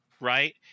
right